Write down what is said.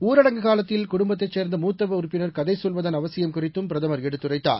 ஊரடங்கு காலத்தில் குடும்பத்தைச் சேர்ந்த மூத்தவர் உறுப்பினர் கதை சொல்வதன் அவசியம் குறித்தும் பிரதம் எடுத்துரைத்தார்